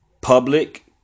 public